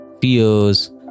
fears